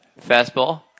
Fastball